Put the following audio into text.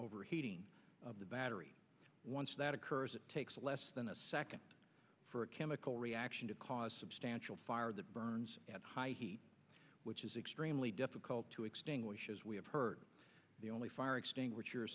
overheating of the battery once that occurs it takes less than a second for a chemical reaction to cause substantial fire that burns at high which is extremely difficult to extinguish as we have heard the only fire extinguisher